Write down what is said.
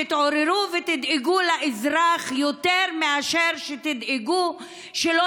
תתעוררו ותדאגו לאזרח יותר מאשר שתדאגו שלא